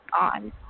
on